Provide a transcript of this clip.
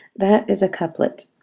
that is a couplet.